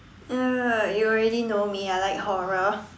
uh you already know me I like horror